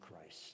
Christ